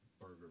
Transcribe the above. burger